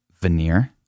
veneer